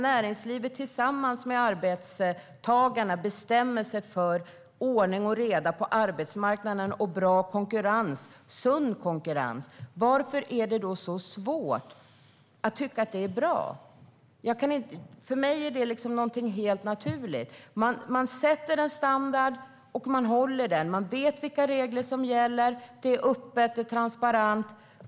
Näringslivet tillsammans med arbetstagarna bestämmer sig för ordning och reda på arbetsmarknaden och bra konkurrens, sund konkurrens. Varför är det så svårt för er att tycka att det är bra? För mig är det någonting helt naturligt. Man sätter en standard, och man håller den. Man vet vilka regler som gäller; det är öppet och transparent.